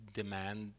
demand